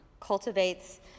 cultivates